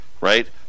Right